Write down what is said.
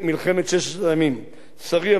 שרי המכובד, השר יעקב נאמן,